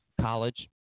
college